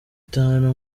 itanu